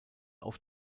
auf